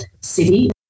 city